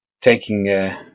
taking